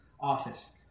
office